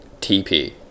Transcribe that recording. TP